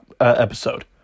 episode